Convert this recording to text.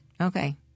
Okay